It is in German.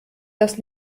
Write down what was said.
das